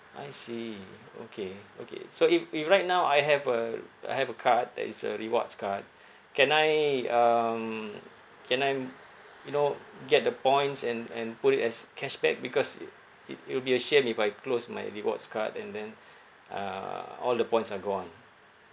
I see okay okay so if if right now I have uh I have a card that is a rewards card can I um can I you know get the points and and put it as cashback because it it it will be a shame if I close my rewards card and then uh all the points are gone